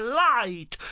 light